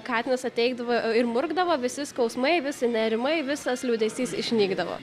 katinas ateidavo ee ir murkdavo visi skausmai vis nerimai visas liūdesys išnykdavo